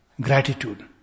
gratitude